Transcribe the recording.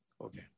Okay